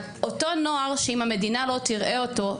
אותו נוער שאם המדינה לא תראה אותו,